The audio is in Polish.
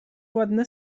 ładne